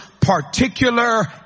particular